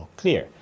clear